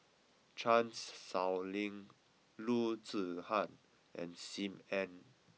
Chan Sow Lin Loo Zihan and Sim Ann